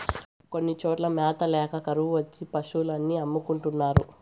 కొన్ని చోట్ల మ్యాత ల్యాక కరువు వచ్చి పశులు అన్ని అమ్ముకుంటున్నారు